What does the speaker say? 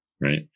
right